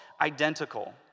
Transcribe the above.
identical